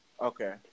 okay